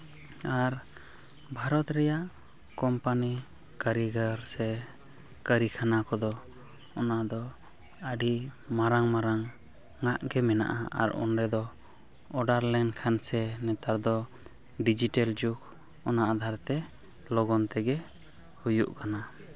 ᱟᱨ ᱵᱷᱟᱨᱚᱛ ᱨᱮᱭᱟᱜ ᱠᱳᱢᱯᱟᱱᱤ ᱠᱟᱹᱨᱤᱜᱚᱨ ᱥᱮ ᱠᱟᱨᱠᱷᱟᱱᱟ ᱠᱚᱫᱚ ᱚᱱᱟᱫᱚ ᱟᱹᱰᱤ ᱢᱟᱨᱟᱝ ᱢᱟᱨᱟᱝ ᱟᱜ ᱜᱮ ᱢᱮᱱᱟᱜᱼᱟ ᱟᱨ ᱚᱸᱰᱮ ᱫᱚ ᱚᱰᱟᱨ ᱞᱮᱱᱠᱷᱟᱱ ᱜᱮ ᱱᱤᱛᱚᱝ ᱫᱚ ᱰᱤᱡᱤᱴᱮᱞ ᱡᱩᱜᱽ ᱚᱱᱟ ᱟᱫᱷᱟᱨ ᱛᱮ ᱞᱚᱜᱚᱱ ᱛᱮᱜᱮ ᱦᱩᱭᱩᱜ ᱠᱟᱱᱟ